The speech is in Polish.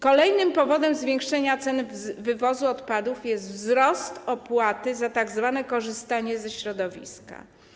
Kolejnym powodem zwiększenia ceny wywozu odpadów jest wzrost opłaty za tzw. korzystanie ze środowiska.